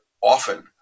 often